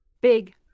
big